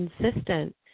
consistent